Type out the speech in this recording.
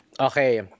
Okay